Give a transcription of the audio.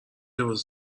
لباس